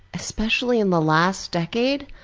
especially in the last decade,